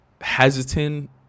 hesitant